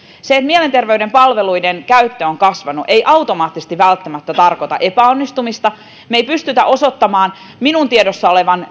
se että mielenterveyden palveluiden käyttö on kasvanut ei automaattisesti välttämättä tarkoita epäonnistumista me emme pysty osoittamaan minun tiedossani olevan